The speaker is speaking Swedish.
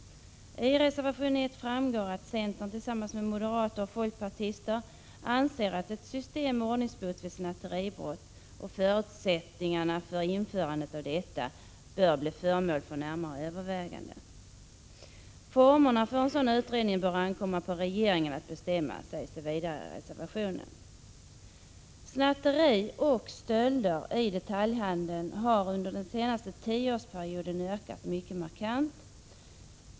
Av reservation 1 framgår att centern tillsammans med moderater och folkpartister anser att ett system med ordningsbot vid snatteribrott och förutsättningarna för införandet av ett sådant bör bli föremål för närmare övervägande. Formerna för en sådan utredning bör det ankomma på regeringen att bestämma, sägs det vidare i reservationen. Antalet snatterier och stölder i detaljhandeln har under den senaste tioårsperioden ökat mycket markant.